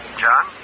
John